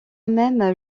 même